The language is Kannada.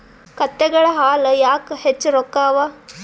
ಕತ್ತೆಗಳ ಹಾಲ ಯಾಕ ಹೆಚ್ಚ ರೊಕ್ಕ ಅವಾ?